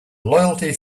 loyalty